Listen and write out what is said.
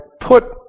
put